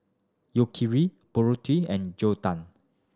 Yakitori Burrito and Gyudon